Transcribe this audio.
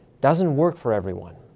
doesn't work for everyone.